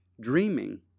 dreaming